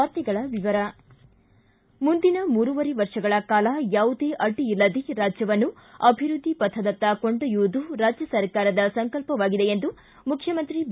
ವಾರ್ತೆಗಳ ವಿವರ ಮುಂದಿನ ಮೂರುವರೆ ವರ್ಷಗಳ ಕಾಲ ಯಾವುದೇ ಅಡ್ಡಿ ಇಲ್ಲದೇ ರಾಜ್ಯವನ್ನು ಅಭಿವೃದ್ಧಿ ಪಥದತ್ತ ಕೊಂಡೊಯ್ಯುವುದು ರಾಜ್ಯ ಸರ್ಕಾರದ ಸಂಕಲ್ಪವಾಗಿದೆ ಎಂದು ಮುಖ್ಯಮಂತ್ರಿ ಬಿ